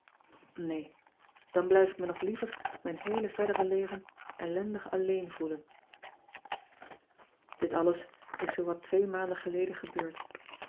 een dan blijf ik me nog liever mijn heele verdere leven ellendig alleen voelen it alles is zoowat twee maanden geleden gebeurd